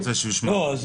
סימון.